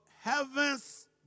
Heaven's